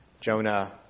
Jonah